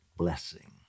blessing